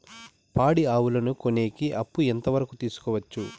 పాడి ఆవులని కొనేకి అప్పు ఎంత వరకు తీసుకోవచ్చు?